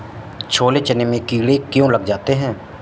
छोले चने में कीड़े क्यो लग जाते हैं?